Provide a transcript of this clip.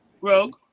rogue